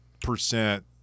percent